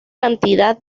cantidad